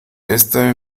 esta